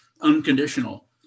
unconditional